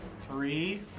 Three